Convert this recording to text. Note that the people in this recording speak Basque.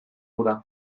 hura